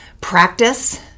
practice